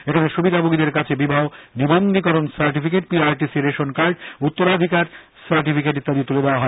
এখানে সুবিধাভোগীদের কাছে বিবাহ নিবন্ধীকরণ certificate P R T C ration card উত্তরাধিকার সার্টিফিকেট ইত্যাদি তুলে দেওয়া হয়